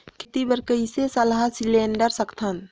खेती बर कइसे सलाह सिलेंडर सकथन?